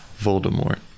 Voldemort